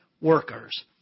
workers